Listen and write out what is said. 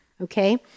Okay